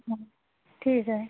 हां ठीक आहे